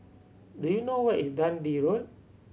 do you know where is Dundee Road